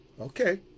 Okay